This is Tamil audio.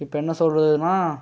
இப்போ என்ன சொல்கிறதுன்னா